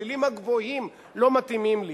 הצלילים הגבוהים לא מתאימים לי.